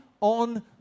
on